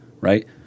right